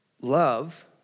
Love